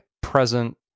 present